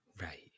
Right